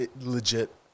legit